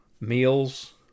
Meals